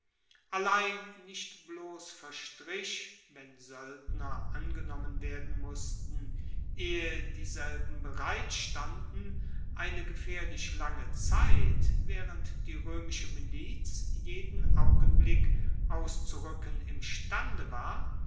allein nicht bloss verstrich wenn soeldner angenommen werden mussten ehe dieselben bereit standen eine gefaehrlich lange zeit waehrend die roemische miliz jeden augenblick auszuruecken imstande war